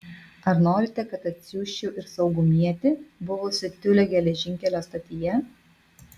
ar norite kad atsiųsčiau ir saugumietį buvusį tiulio geležinkelio stotyje